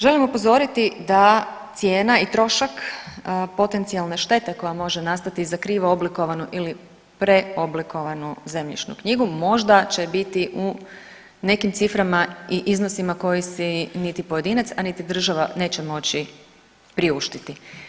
Želim upozoriti da cijena i trošak potencijalne štete koja može nastati za krivo oblikovanu ili preoblikovanu zemljišnu knjigu, možda će biti u nekim ciframa i iznosima koji si niti pojedinac, a niti država neće moći priuštiti.